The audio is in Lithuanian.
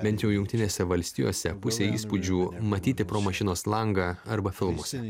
bent jau jungtinėse valstijose pusė įspūdžių matyti pro mašinos langą arba filmuose